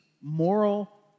moral